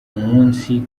umunsi